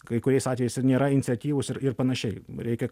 kai kuriais atvejais ir nėra iniciatyvūs ir ir panašiai reikia